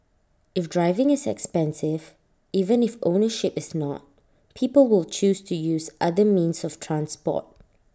if driving is expensive even if ownership is not people will choose to use other means of transport